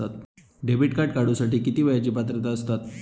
Debit card काढूसाठी किती वयाची पात्रता असतात?